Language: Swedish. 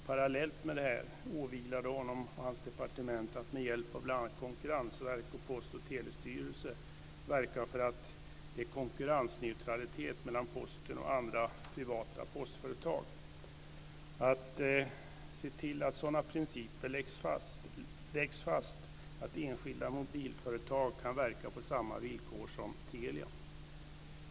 Parallellt med detta åvilar det honom och hans departement att med hjälp av bl.a. konkurrensverk och post och telestyrelse verka för att det råder konkurrensneutralitet mellan Posten och andra privata postföretag. Han ska se till att sådana principer läggs fast, och att enskilda mobilföretag kan verka på samma villkor som Telia.